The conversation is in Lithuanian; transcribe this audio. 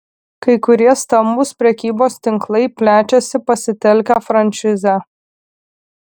kai kurie stambūs prekybos tinklai plečiasi pasitelkę frančizę